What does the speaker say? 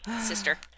Sister